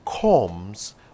comes